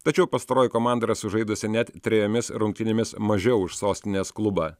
tačiau pastaroji komanda yra sužaidusi net trejomis rungtynėmis mažiau už sostinės klubą